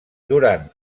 durant